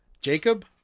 Jacob